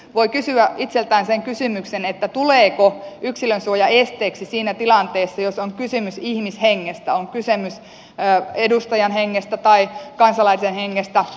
voi kysyä itseltään sen kysymyksen tuleeko yksilönsuoja esteeksi siinä tilanteessa jos on kysymys ihmishengestä on kysymys edustajan hengestä tai kansalaisen hengestä